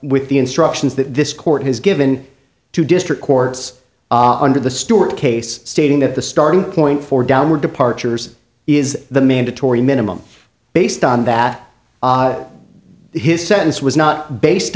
ith the instructions that this court has given to district courts under the stuart case stating that the starting point for downward departures is the mandatory minimum based on that his sentence was not based